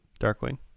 Darkwing